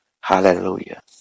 hallelujah